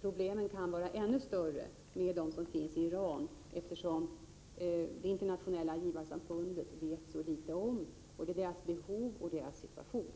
problemen kan vara ännu större i fråga om de flyktingar som finns i Iran, eftersom det internationella givarsamfundet vet så litet om både deras behov och deras situation.